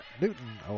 Newton